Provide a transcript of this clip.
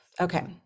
Okay